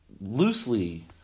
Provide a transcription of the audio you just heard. loosely